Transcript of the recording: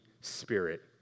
Spirit